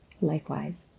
likewise